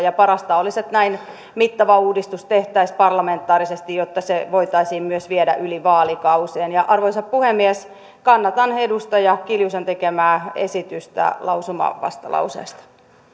parasta olisi että näin mittava uudistus tehtäisiin parlamentaarisesti jotta se voitaisiin myös viedä yli vaalikausien arvoisa puhemies kannatan edustaja kiljusen tekemää esitystä lausumavastalauseesta